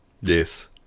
yes